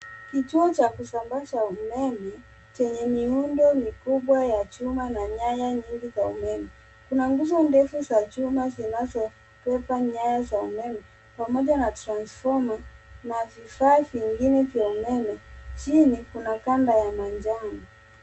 Kituo cha kusambaza umeme chenye miundo mikubwa ya chuma na nyaya nyingi za umeme .Kuna nguzo ndefu za chuma zinazobeba nyaya za umeme pamoja na transfoma na vifaa vingine vya umeme. Chini, kuna kanda ya manjano.